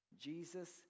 Jesus